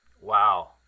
wow